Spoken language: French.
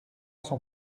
son